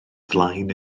flaen